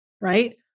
Right